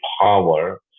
power